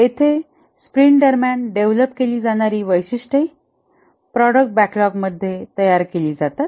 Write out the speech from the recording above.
येथे स्प्रिंट दरम्यान डेव्हलप केली जाणारी वैशिष्ट्ये प्रॉडक्ट बॅकलॉग मध्ये तयार केली जातात